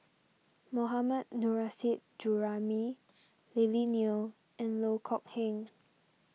Mohammad Nurrasyid Juraimi Lily Neo and Loh Kok Heng